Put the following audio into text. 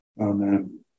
Amen